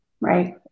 Right